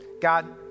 God